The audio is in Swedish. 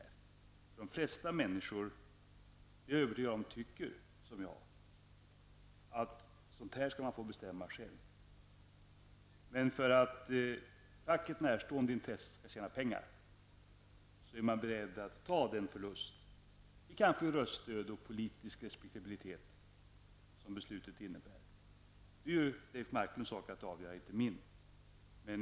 Jag är övertygad om att flertalet har samma uppfattning som jag, nämligen att människor själva skall få bestämma sådana här saker. För att facket närstående intressen skall tjäna pengar är man alltså beredd att ta den förlust -- jag tänker då på förlusten av röster och på förlusten av politisk respekt -- som ett sådant här beslut innebär. Men det är en sak som Leif Marklund får avgöra. Det ankommer inte på mig att avgöra den saken.